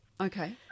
Okay